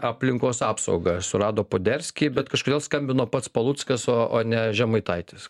aplinkos apsaugą surado poderskį bet kažkodėl skambino pats paluckas o o ne žemaitaitis